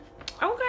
Okay